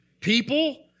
people